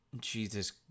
Jesus